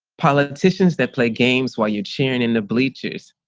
politicians that play games while you're cheering in the bleachers.